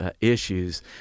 Issues